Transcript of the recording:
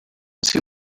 see